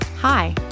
Hi